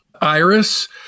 Iris